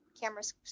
cameras